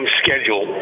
schedule